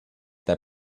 that